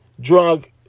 drug